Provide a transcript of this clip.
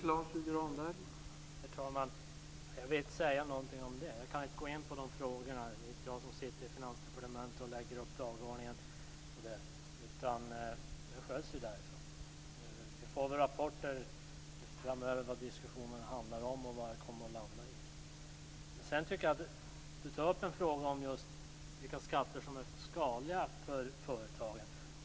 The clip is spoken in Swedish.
Herr talman! Jag vill inte säga någonting om det. Jag kan inte gå in på de frågorna, för det är inte jag som sitter på Finansdepartementet och lägger upp dagordningen, utan det sköts ju därifrån. Vi får rapporter framöver om vad diskussionen handlar om och vad den kommer att landa i. Johan Pehrson tar upp frågan vilka skatter som är skadliga för företagen.